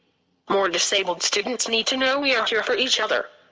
more disabled students need to know we are here for each other.